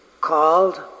Called